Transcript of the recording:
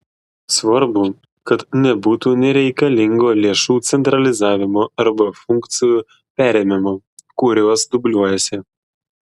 svarbu kad nebūtų nereikalingo lėšų centralizavimo arba funkcijų perėmimo kurios dubliuojasi